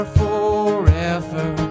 forever